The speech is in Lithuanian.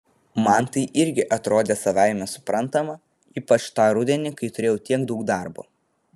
man tai irgi atrodė savaime suprantama ypač tą rudenį kai turėjau tiek daug darbo